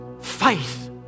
faith